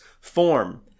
form